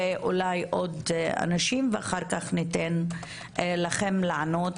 ואולי עוד אנשים, אחר כך, ניתן לכם לענות.